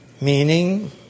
meaning